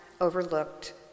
overlooked